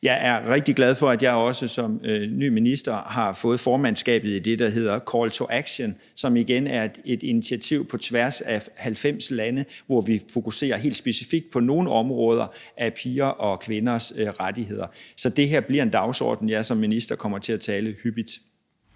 Jeg er rigtig glad for, at jeg også som ny minister har fået formandskabet i det, der hedder »Call to Action«, som igen er et initiativ på tværs af 90 lande, hvor vi fokuserer helt specifikt på nogle områder i forhold til piger og kvinders rettigheder. Så det her bliver en dagsorden, som jeg som minister kommer til at tale hyppigt